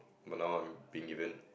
but I'm not being even